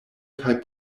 kaj